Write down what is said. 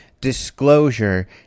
disclosure